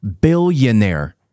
billionaire